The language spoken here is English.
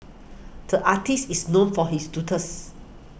the artist is known for his doodles